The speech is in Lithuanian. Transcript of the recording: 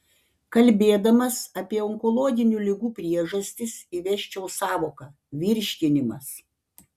kalbėdamas apie onkologinių ligų priežastis įvesčiau sąvoką virškinimas